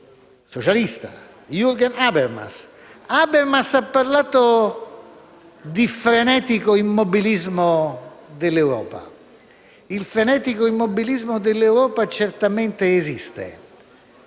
socialista, Jürgen Habermas, il quale ha parlato di frenetico immobilismo dell'Europa. Il frenetico immobilismo dell'Europa certamente esiste,